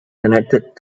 connected